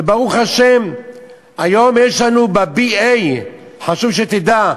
וברוך השם יש לנו בלימודי ה-BA, חשוב שתדע,